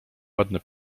ładny